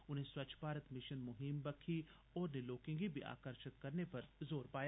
उनें स्वच्छ भारत मिशन मुहीम बक्खी होरने लोकें गी बी आकर्षत करने पर जोर दित्ता